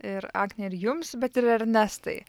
ir agne ir jums bet ir ernestai